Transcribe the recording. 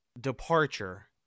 departure